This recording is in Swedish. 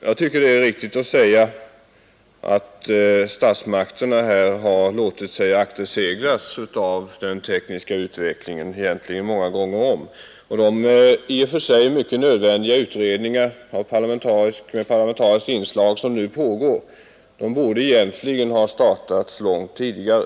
Jag tycker det är riktigt att i det här fallet säga att statsmakterna många gånger om har låtit sig akterseglas av den tekniska utvecklingen. De mycket nödvändiga utredningar med parlamentariskt inslag som nu pågår borde egentligen ha startats långt tidigare.